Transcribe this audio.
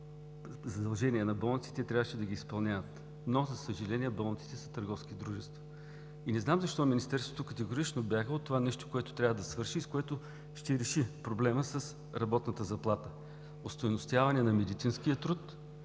задължения на болниците и трябваше да ги изпълняват, но, за съжаление, болниците са търговски дружества. Не знам защо Министерството категорично бяга от това, което трябва да свърши и с което ще реши проблема с работната заплата – остойностяване на медицинския труд